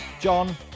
John